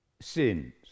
sins